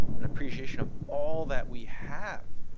an appreciation of all that we have.